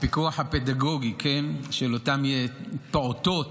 הפיקוח הפדגוגי על אותם פעוטות,